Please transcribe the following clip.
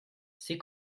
c’est